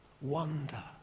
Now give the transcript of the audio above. wonder